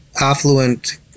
affluent